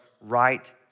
right